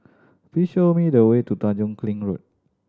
please show me the way to Tanjong Kling Road